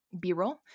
B-roll